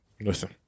listen